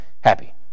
happy